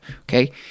Okay